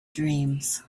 dreams